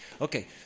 Okay